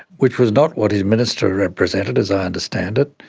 which was not what his minister represented, as i understand it.